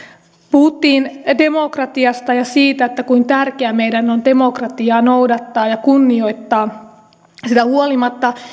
puhuttiin demokratiasta ja siitä kuinka tärkeä meidän on demokratiaa noudattaa ja kunnioittaa siitä huolimatta